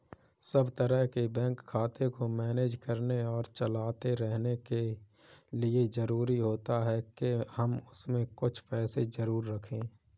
सब तरह के बैंक खाते को मैनेज करने और चलाते रहने के लिए जरुरी होता है के हम उसमें कुछ पैसे जरूर रखे